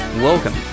Welcome